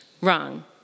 Wrong